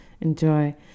enjoy